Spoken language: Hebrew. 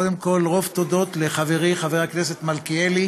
קודם כול, רוב תודות לחברי חבר הכנסת מלכיאלי